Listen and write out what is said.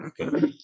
Okay